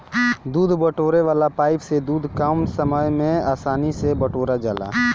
दूध बटोरे वाला पाइप से दूध कम समय में आसानी से बटोरा जाला